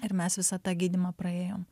ir mes visą tą gydymą praėjom